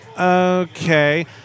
okay